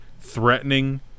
threatening